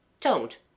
Don't